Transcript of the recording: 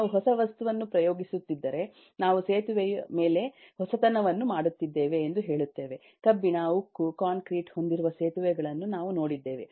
ನಾವು ಹೊಸ ವಸ್ತುವನ್ನು ಪ್ರಯೋಗಿಸುತ್ತಿದ್ದರೆ ನಾವು ಸೇತುವೆಯ ಮೇಲೆ ಹೊಸತನವನ್ನು ಮಾಡುತ್ತಿದ್ದೇವೆ ಎಂದು ಹೇಳುತ್ತೇವೆ ಕಬ್ಬಿಣ ಉಕ್ಕು ಕಾಂಕ್ರೀಟ್ ಹೊಂದಿರುವ ಸೇತುವೆಗಳನ್ನು ನಾವು ನೋಡಿದ್ದೇವೆ